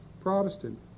Protestant